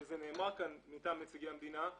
וזה נאמר כאן מטעם נציגי המדינה,